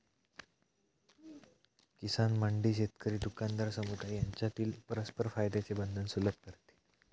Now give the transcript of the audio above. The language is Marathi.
किसान मंडी शेतकरी, दुकानदार, समुदाय यांच्यातील परस्पर फायद्याचे बंधन सुलभ करते